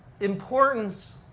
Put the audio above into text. importance